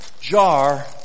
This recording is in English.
jar